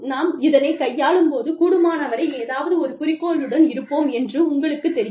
நாம் இதனைக் கையாளும் போது கூடுமானவரை ஏதாவது ஒரு குறிக்கோளுடன் இருப்போம் என்று உங்களுக்குத் தெரியும்